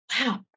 wow